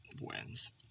wins